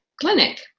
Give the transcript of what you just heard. clinic